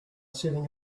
sitting